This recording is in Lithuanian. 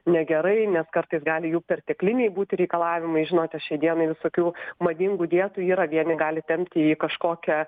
negerai nes kartais gali jų pertekliniai būti reikalavimai žinote šiai dienai visokių madingų dietų yra vieni gali tempti į kažkokią